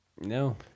No